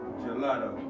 gelato